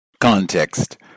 Context